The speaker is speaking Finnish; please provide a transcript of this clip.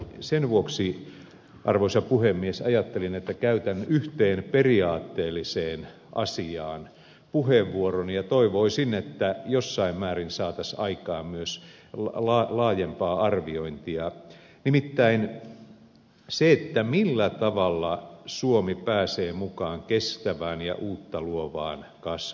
sen vuoksi arvoisa puhemies ajattelin että käytän yhteen periaatteelliseen asiaan puheenvuoroni ja toivoisin että jossain määrin saataisiin aikaan myös laajempaa arviointia nimittäin siitä millä tavalla suomi pääsee mukaan kestävään ja uutta luovaan kasvuun